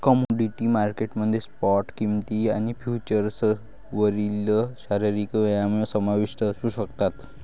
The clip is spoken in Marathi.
कमोडिटी मार्केट मध्ये स्पॉट किंमती आणि फ्युचर्सवरील शारीरिक व्यापार समाविष्ट असू शकतात